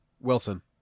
Wilson